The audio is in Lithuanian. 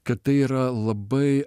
kad tai yra labai